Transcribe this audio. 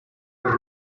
las